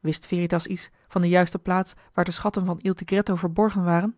wist veritas iets van de joh h been paddeltje de scheepsjongen van michiel de ruijter juiste plaats waar de schatten van il tigretto verborgen waren